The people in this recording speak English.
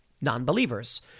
non-believers